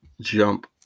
jump